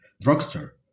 drugstore